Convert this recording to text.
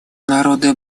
народы